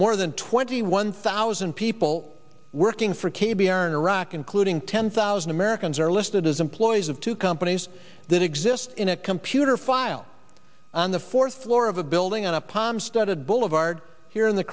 more than twenty one thousand people working for k b r in iraq including ten thousand americans are listed as employees of two companies that exist in a computer file on the fourth floor of a building on a palm studded boulevard here in the